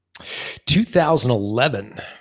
2011